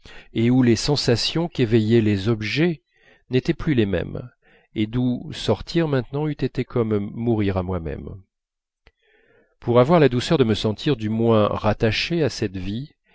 et où les sensations qu'éveillaient les objets n'étaient plus les mêmes et d'où sortir maintenant eût été comme mourir à moi-même pour avoir la douceur de me sentir du moins attaché à cette vie